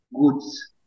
goods